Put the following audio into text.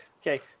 Okay